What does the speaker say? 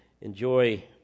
enjoy